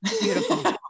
Beautiful